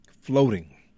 Floating